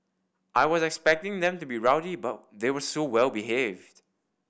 I was expecting them to be rowdy but they were so well behaved